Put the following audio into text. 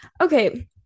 Okay